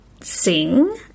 sing